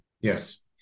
yes